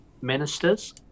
ministers